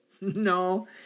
No